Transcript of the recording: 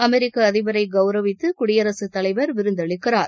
அமெரிக்க அதிபரை கவுரவித்து குடியரசுத் தலைவர் விருந்து அளிக்கிறார்